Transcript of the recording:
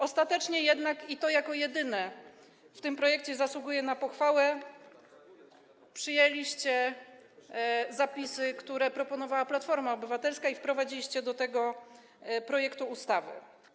Ostatecznie jednak - i to jako jedyne w tym projekcie zasługuje na pochwałę - przyjęliście zapisy, które proponowała Platforma Obywatelska, i wprowadziliście je do tego projektu ustawy.